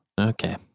Okay